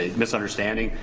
ah misunderstanding.